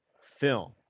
film